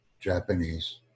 Japanese